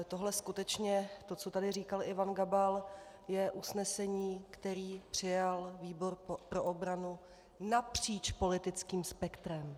Tohle skutečně, to, co tady říkal Ivan Gabal, je usnesení, které přijal výbor pro obranu napříč politickým spektrem.